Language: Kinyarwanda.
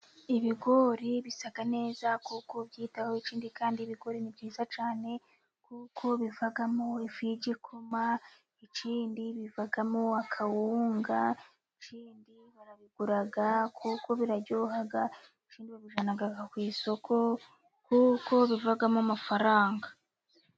Ibigori bisa neza kuko ubyitaho, ikindi kandi ibigori ni byiza cyane, kuko bivamo ifu y'igikoma, ikindi bivamo akawunga, ikindi barabigura kuko biraryoha, ikindi babijyana ku isoko kuko bivamo amafaranga.